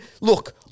look